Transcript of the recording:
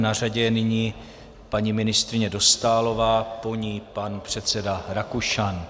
Na řadě je nyní paní ministryně Dostálová, po ní pan předseda Rakušan.